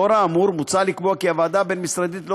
לאור האמור מוצע לקבוע כי הוועדה הבין-משרדית לא